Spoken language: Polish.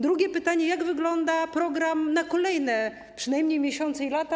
Drugie pytanie: Jak wygląda program na kolejne przynajmniej miesiące i lata?